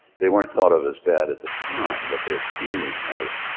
they weren't thought of as bad at the time, but they're seen as,